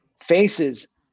faces